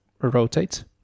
rotate